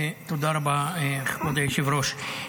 תודה רבה, כבוד היושב-ראש.